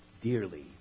dearly